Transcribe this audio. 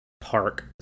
park